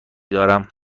دارم